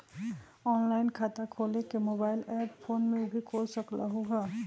Online खाता खोले के मोबाइल ऐप फोन में भी खोल सकलहु ह?